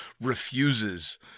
refuses